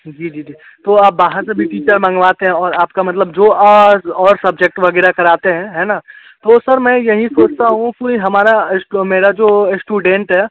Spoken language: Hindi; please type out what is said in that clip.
जी जी जी तो आप बाहर से भी टीचर मंगवाते हैं और आपका मतलब जो और सब्जेक्ट वग़ैरह कराते हैं है ना तो सर मैं यही सोंचता हूँ कि हमारा मेरा जो इस्टूडेंट है